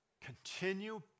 continue